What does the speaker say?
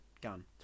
Gun